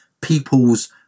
people's